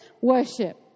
Worship